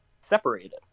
separated